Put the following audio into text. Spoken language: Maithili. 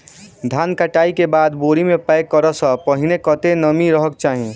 धान कटाई केँ बाद बोरी मे पैक करऽ सँ पहिने कत्ते नमी रहक चाहि?